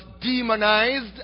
demonized